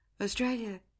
Australia